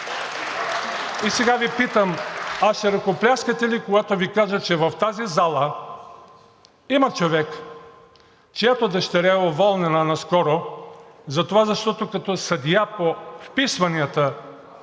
И сега Ви питам: ще ръкопляскате ли, когато Ви кажа, че в тази зала има човек, чиято дъщеря е уволнена наскоро, затова защото като съдия по вписванията